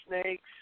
snakes